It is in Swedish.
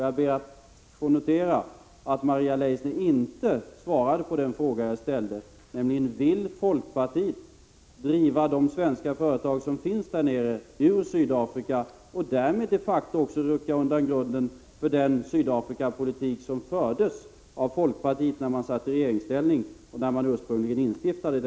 Jag noterar att Maria Leissner inte svarade på min fråga, nämligen om folkpartiet vill driva de svenska företagen ut ur Sydafrika och därmed de facto rycka undan grunden för den Sydafrikapolitik som fördes av folkpartiet i regeringsställning, då denna lag ursprungligen stiftades.